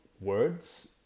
words